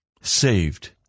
saved